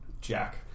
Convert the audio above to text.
Jack